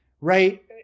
Right